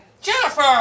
Jennifer